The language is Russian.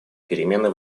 перемены